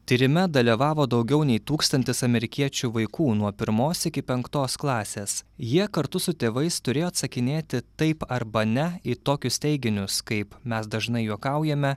tyrime dalyvavo daugiau nei tūkstantis amerikiečių vaikų nuo pirmos iki penktos klasės jie kartu su tėvais turėjo atsakinėti taip arba ne į tokius teiginius kaip mes dažnai juokaujame